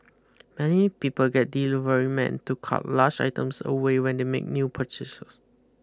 many people get deliverymen to cart large items away when they make new purchases